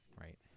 right